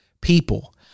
people